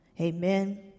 Amen